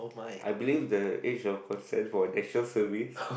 I believe that each of concept for National Service